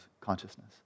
consciousness